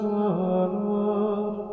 Lord